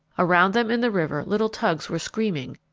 around them in the river little tugs were screaming,